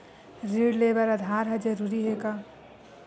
ऋण ले बर आधार ह जरूरी हे का?